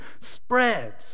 spreads